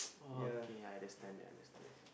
oh okay I understand that I understand